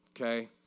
Okay